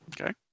okay